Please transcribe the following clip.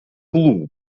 bloom